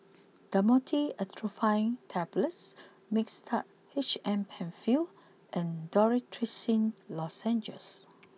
Dhamotil Atropine Tablets Mixtard H M Penfill and Dorithricin Lozenges